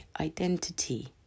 identity